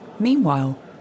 Meanwhile